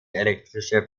elektrische